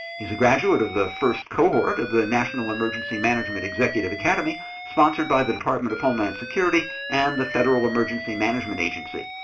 he's a graduate of the first cohort of the national emergency management executive academy sponsored by the department of homeland security and the federal emergency management agency.